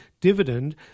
dividend